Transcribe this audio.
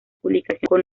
publicación